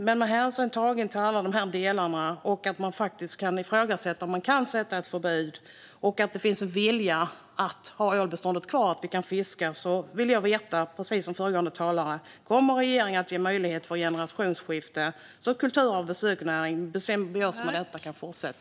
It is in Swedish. Men med hänsyn till alla dessa delar, till att man kan ifrågasätta om det går att införa ett förbud och till att det finns en vilja att ha kvar ålbeståndet för att vi ska kunna fiska, vill jag precis som föregående talare veta om regeringen kommer att göra det möjligt med generationsskifte så att kulturarv och besöksnäring kan fortsätta i symbios med detta.